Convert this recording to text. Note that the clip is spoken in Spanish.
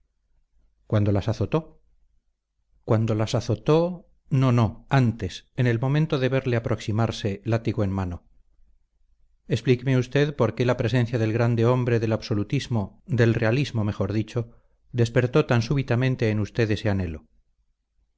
cuando las azotó cuando las azotó no no antes en el momento de verle aproximarse látigo en mano explíqueme usted por qué la presencia del grande hombre del absolutismo del realismo mejor dicho despertó tan súbitamente en usted ese anhelo